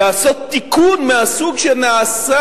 לעשות תיקון מהסוג שנעשה